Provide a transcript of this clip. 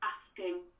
asking